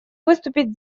выступить